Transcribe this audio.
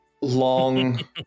long